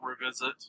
revisit